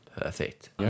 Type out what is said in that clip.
Perfect